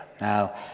Now